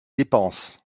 dépenses